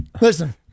Listen